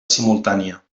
simultània